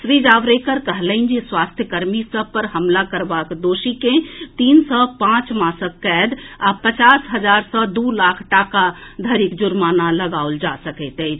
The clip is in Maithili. श्री जावड़ेकर कहलनि जे स्वास्थ्य कर्मी सभ पर हमला करबाक दोषी के तीन सॅ पांच मासक कैद आ पचास हजार सॅ दू लाख टाका धरिक जुर्माना लगाओल जा सकैत अछि